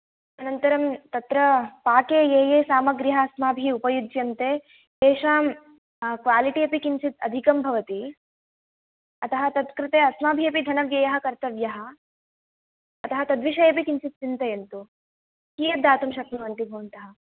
अनन्तरं तत्र पाके ये ये सामग्र्यः अस्माभिः उपयुज्यन्ते तेषां क्वालिटि अपि किञ्चित् अधिकं भवति अतः तत्कृते अस्माभिः अपि धनव्ययः कर्तव्यः अतः तद्विषये अपि किञ्चित् चिन्तयन्तु कीयद्दातुं शक्नुवन्ति भवन्तः